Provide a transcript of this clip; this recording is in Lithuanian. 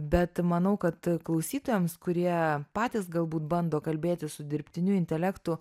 bet manau kad klausytojams kurie patys galbūt bando kalbėti su dirbtiniu intelektu